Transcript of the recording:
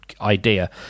idea